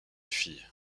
fille